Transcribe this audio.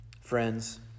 Friends